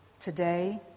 today